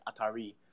Atari